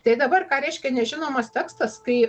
tai dabar ką reiškia nežinomas tekstas kai